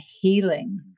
healing